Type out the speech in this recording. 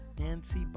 Nancy